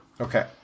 Okay